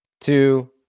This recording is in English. two